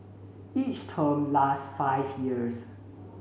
each term lasts five years